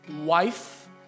wife